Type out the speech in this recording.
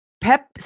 Pep